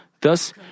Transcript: Thus